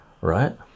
right